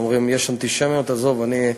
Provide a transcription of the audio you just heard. ואומרים: יש אנטישמיות, עזוב, אני,